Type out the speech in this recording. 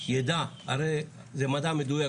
ידע הרי זה מדע מדויק,